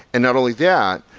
and not only that,